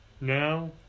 now